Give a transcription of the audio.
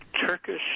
Turkish